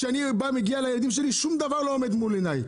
כשזה נוגע לילדים שלי שום דבר לא עומד מול עיניי.